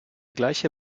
gleiche